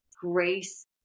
grace